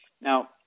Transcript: Now